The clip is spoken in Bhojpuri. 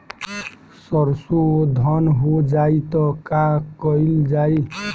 सरसो धन हो जाई त का कयील जाई?